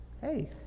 hey